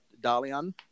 Dalian